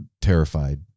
terrified